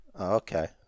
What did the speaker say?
Okay